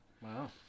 Wow